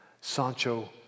Sancho